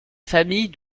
famille